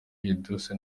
edouce